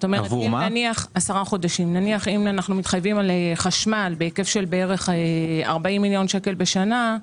כלומר נניח אם אנו מתחייבים על חשמל בהיקף של בערך 40 מיליון שקל בשנה,